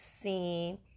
see